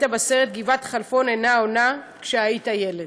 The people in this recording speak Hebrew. בסרט גבעת חלפון אינה עונה כשהיית ילד.